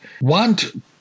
want